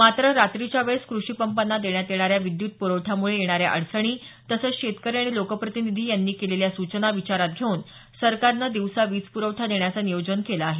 मात्र रात्रीच्या वेळेस क्रषी पंपाना देण्यात येणाऱ्या विद्युत पुरवठ्यामुळे येणाऱ्या अडचणी तसंच शेतकरी आणि लोकप्रतिनिधी यांनी केलेल्या सूचना विचारात घेऊन सरकारनं दिवसा वीज प्रवठा देण्याचं नियोजन केलं आहे